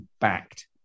backed